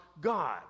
God